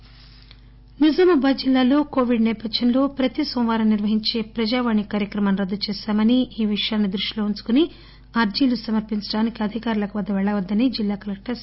నిజామాబాద్ నిజామాబాద్ జిల్లాలో కోవిడ్ సేపథ్యంలో ప్రతి సోమవారం నిర్సహించే ప్రజావాణి కార్యక్రమం రద్దు చేయడం జరిగిందని ఈ విషయాన్ని దృష్టిలో ఉంచుకొని అర్జీలు సమర్పించడానికి అధికారుల వద్దకు పెళ్లవద్దని జిల్లా కలెక్టర్ సి